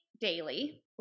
daily